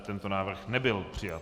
Tento návrh nebyl přijat.